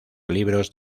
libros